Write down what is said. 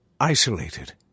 isolated